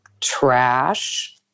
trash